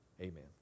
amen